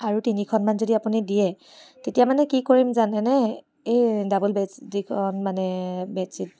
আৰু তিনিখন মান যদি আপুনি দিয়ে তেতিয়া মানে কি কৰিম জানেনে এই ডাবল বেডশ্বি যিখন মানে বেডশ্বিট